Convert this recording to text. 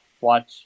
watch